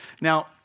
Now